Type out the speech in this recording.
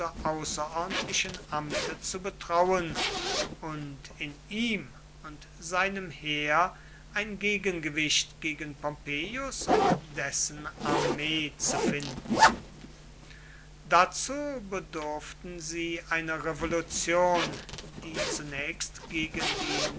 außerordentlichen amte zu betrauen und in ihm und seinem heer ein gegengewicht gegen pompeius und dessen armee zu finden dazu bedurften sie einer revolution die zunächst gegen die